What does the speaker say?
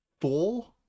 four